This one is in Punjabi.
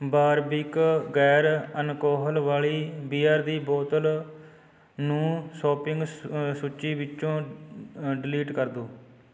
ਬਾਰਬੀਕ ਗੈਰ ਅਲਕੋਹਲ ਵਾਲੀ ਬੀਅਰ ਦੀ ਬੋਤਲ ਨੂੰ ਸ਼ੋਪਿੰਗ ਸੂਚੀ ਵਿੱਚੋਂ ਡਿਲੀਟ ਕਰ ਦਿਉ